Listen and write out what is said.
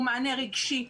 הוא מענה רגשי,